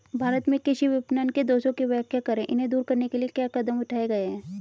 भारत में कृषि विपणन के दोषों की व्याख्या करें इन्हें दूर करने के लिए क्या कदम उठाए गए हैं?